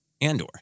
Andor